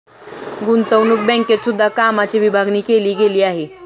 गुतंवणूक बँकेत सुद्धा कामाची विभागणी केली गेली आहे